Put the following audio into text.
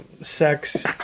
sex